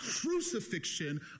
crucifixion